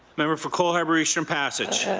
member for cole harbour-eastern passage.